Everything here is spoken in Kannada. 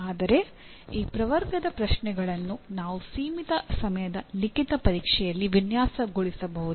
ಆದರೆ ಈ ವರ್ಗದ ಪ್ರಶ್ನೆಗಳನ್ನು ನಾವು ಸೀಮಿತ ಸಮಯದ ಲಿಖಿತ ಪರೀಕ್ಷೆಯಲ್ಲಿ ವಿನ್ಯಾಸಗೊಳಿಸಬಹುದೇ